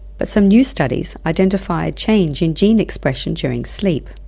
but some new studies identify a change in gene expression during sleep,